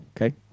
okay